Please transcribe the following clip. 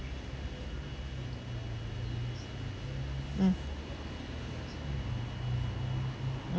mm